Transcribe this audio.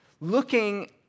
looking